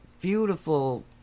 beautiful